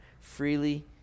freely